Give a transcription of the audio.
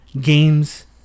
games